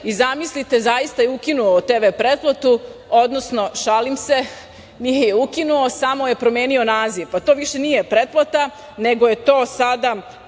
i zamislite zaista je ukinuo TV pretplatu, odnosno šalim se, nije je ukinuo samo je promenio naziv, pa to više nije pretplata, nego je to sada